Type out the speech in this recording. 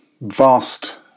vast